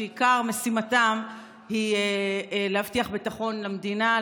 שעיקר משימתם היא להבטיח ביטחון למדינה,